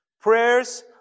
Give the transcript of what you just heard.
Prayers